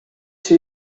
się